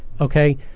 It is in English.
Okay